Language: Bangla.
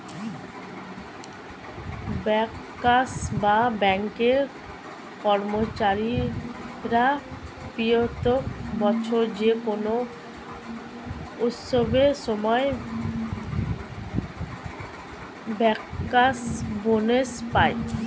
ব্যাংকার্স বা ব্যাঙ্কের কর্মচারীরা প্রত্যেক বছর যে কোনো উৎসবের সময় ব্যাংকার্স বোনাস পায়